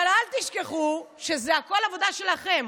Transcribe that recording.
אבל אל תשכחו שהכול עבודה שלכם.